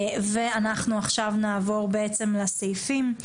אנחנו עכשיו נעבור בעצם לסעיפים.